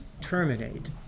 terminate